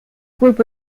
group